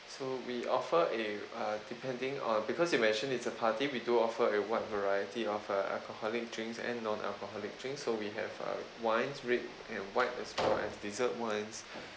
so we offer a uh depending on because you mentioned it's a party we do offer a wide variety of uh alcoholic drinks and non alcoholic drinks so we have uh wines red and white as well as dessert wines